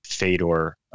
Fedor